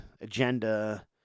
agenda